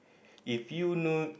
if you know